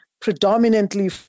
predominantly